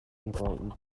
april